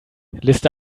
liste